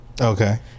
Okay